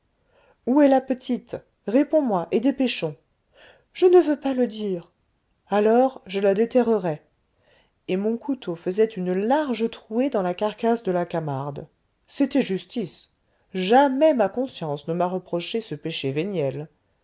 où est la petite réponds-moi et dépêchons je ne veux pas le dire alors je la déterrerai et mon couteau faisait une large trouée dans la carcasse de la camarde c'était justice jamais ma conscience ne m'a reproché ce péché véniel